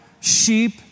sheep